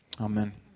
Amen